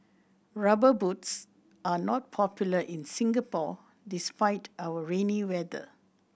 Rubber Boots are not popular in Singapore despite our rainy weather